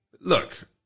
look